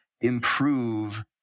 improve